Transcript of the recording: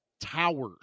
towers